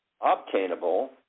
obtainable